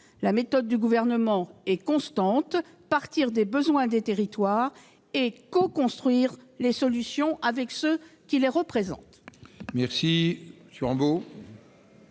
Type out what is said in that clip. La méthode du Gouvernement est constante : partir des besoins des territoires et coconstruire les solutions avec ceux qui les représentent.